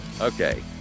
Okay